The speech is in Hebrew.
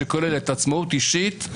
שכוללות עצמאות אישית,